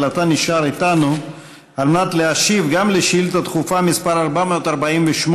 אבל אתה נשאר איתנו על מנת להשיב גם על שאילתה דחופה מס' 448,